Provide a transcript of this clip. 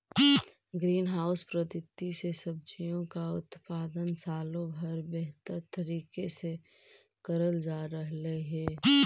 green house पद्धति से सब्जियों का उत्पादन सालों भर बेहतर तरीके से करल जा रहलई हे